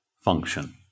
function